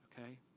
okay